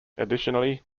additionally